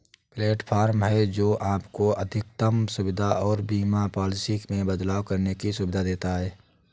platform है, जो आपको अधिकतम सुविधा और बीमा पॉलिसी में बदलाव करने की सुविधा देता है